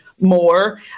more